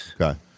Okay